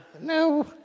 No